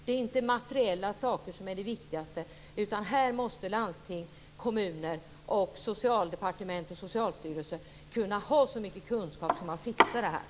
Det är inte materiella saker som är viktigast. Landsting, kommuner, socialdepartement och socialstyrelse måste ha så mycket kunskap att man fixar detta.